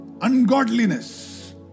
Ungodliness